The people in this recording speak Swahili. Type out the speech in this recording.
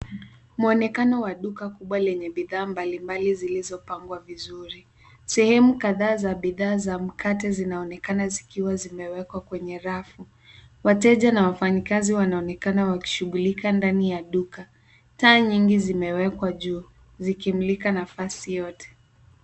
Mwonekano wa duka kubwa lenye bidhaa mbali mbali zilizopangwa vizuri. Sehemu kadhaa za bidhaa za mkate zinaonekana zikiwa zimewekwa kwenye rafu. Wateja na wafanyikazi wanaonekana wakishughulika ndani ya duka. Taa nyingi zimewekwa juu, zikimulika nafasi yote.